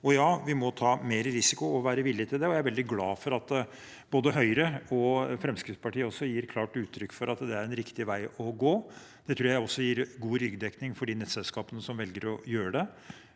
ja, vi må ta mer risiko og være villige til det. Jeg er veldig glad for at både Høyre og Fremskrittspartiet gir klart uttrykk for at det er en riktig vei å gå. Det tror jeg også gir god ryggdekning for de nettselskapene som velger å gjøre det,